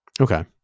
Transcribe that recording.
Okay